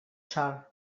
sol